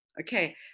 Okay